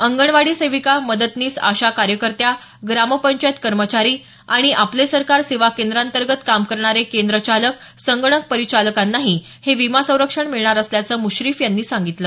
अंगणवाडी सेविका मदतनीस आशा कार्यकर्त्या ग्रामपंचायत कर्मचारी आणि आपले सरकार सेवा केंद्रांतर्गत काम करणारे केंद्र चालक संगणक परिचालकांनाही हे विमा संरक्षण मिळणार असल्याचं मुश्रीफ यांनी सांगितलं